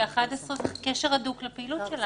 כי 11 זה קשר הדוק לפעילות שלנו.